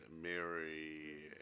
Mary